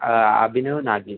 Abhinav Nagesh